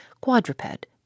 quadruped